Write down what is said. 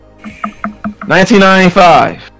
1995